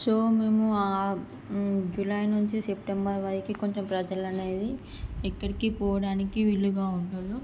so మేము July నుంచి September వరకి కొంచెం ప్రజలు అనేది ఎక్కడికి పోవడానికి వీలుగా ఉండదు